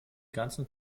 ganzen